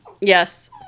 yes